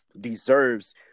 deserves